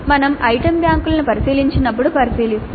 మేము ఐటెమ్ బ్యాంకులను పరిశీలించినప్పుడు పరిశీలిస్తాము